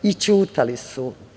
I ćutali su.